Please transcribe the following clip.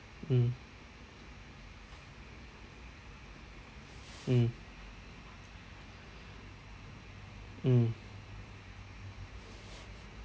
mm mm mm